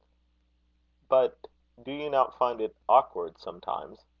but do you not find it awkward sometimes?